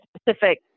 specific